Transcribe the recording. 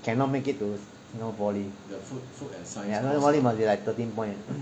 cannot make it to singapore poly singapore poly must be like thirteen points